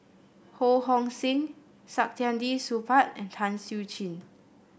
Ho Hong Sing Saktiandi Supaat and Tan Siew Sin